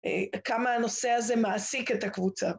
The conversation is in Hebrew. אה... וכמה הנושא הזה מעסיק את הקבוצה.